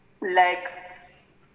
legs